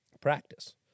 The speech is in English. practice